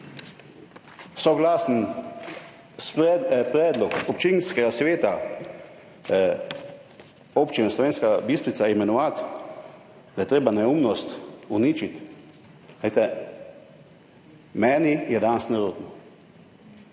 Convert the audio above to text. Soglasen predlog občinskega sveta občine Slovenska Bistrica imenovati oziroma govoriti, da je treba neumnost uničiti, meni je danes nerodno.